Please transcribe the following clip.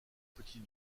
petit